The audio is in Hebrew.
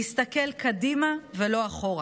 להסתכל קדימה ולא אחורה.